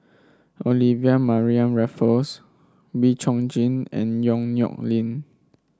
Olivia Mariamne Raffles Wee Chong Jin and Yong Nyuk Lin